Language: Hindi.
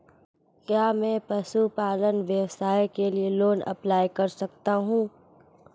क्या मैं पशुपालन व्यवसाय के लिए लोंन अप्लाई कर सकता हूं?